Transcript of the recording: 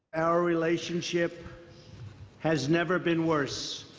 our relationship has never been worse